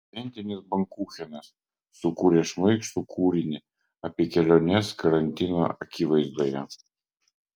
šventinis bankuchenas sukūrė šmaikštų kūrinį apie keliones karantino akivaizdoje